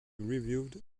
reviewed